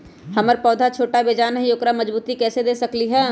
हमर पौधा छोटा बेजान हई उकरा मजबूती कैसे दे सकली ह?